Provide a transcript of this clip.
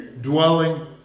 dwelling